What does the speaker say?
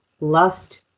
lust